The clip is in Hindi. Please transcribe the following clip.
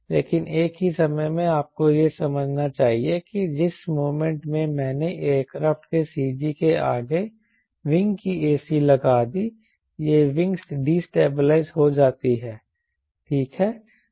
लेकिन एक ही समय में आपको यह समझना चाहिए कि जिस मोमेंट में मैंने एयरक्राफ्ट के CG के आगे विंग की ac लगा दी यह विंग डीस्टेबलाइज़ हो जाती है ठीक है